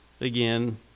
Again